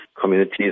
communities